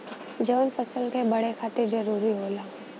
जवन फसल क बड़े खातिर जरूरी होला